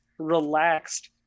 relaxed